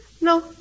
No